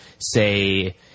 say